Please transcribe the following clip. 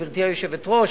גברתי היושבת-ראש,